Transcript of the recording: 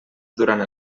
durant